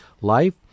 life